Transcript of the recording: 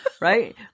Right